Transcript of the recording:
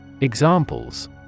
Examples